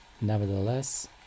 nevertheless